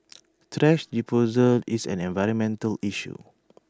thrash disposal is an environmental issue